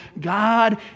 God